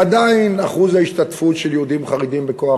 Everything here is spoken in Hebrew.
עדיין אחוז ההשתתפות של יהודים חרדים בכוח